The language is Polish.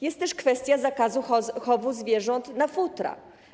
Jest też kwestia zakazu chowu zwierząt na futra.